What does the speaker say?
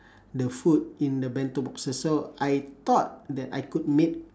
the food in the bento boxes so I thought that I could make